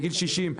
בגיל 60,